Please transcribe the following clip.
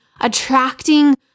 attracting